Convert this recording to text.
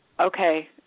okay